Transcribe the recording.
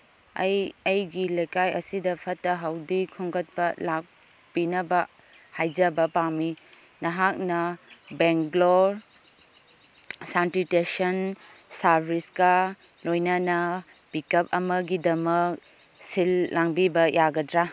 ꯑꯩ ꯑꯩꯒꯤ ꯂꯩꯀꯥꯏ ꯑꯁꯤꯗ ꯐꯠꯇ ꯍꯥꯎꯗꯤ ꯈꯣꯝꯒꯠꯄ ꯂꯥꯛꯄꯤꯅꯕ ꯍꯥꯏꯖꯕ ꯄꯥꯝꯃꯤ ꯅꯍꯥꯛꯅ ꯕꯦꯡꯒ꯭ꯂꯣꯔ ꯁꯥꯟꯇꯤꯇꯦꯁꯟ ꯁꯥꯔꯚꯤꯁꯀ ꯂꯣꯏꯅꯅ ꯄꯤꯀꯞ ꯑꯃꯒꯤꯗꯃꯛ ꯁꯤꯜ ꯂꯥꯡꯕꯤꯕ ꯌꯥꯒꯗ꯭ꯔꯥ